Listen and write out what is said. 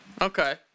Okay